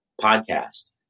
podcast